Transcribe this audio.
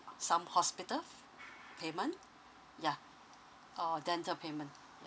some hospital payment ya uh dental payment